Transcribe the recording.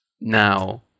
now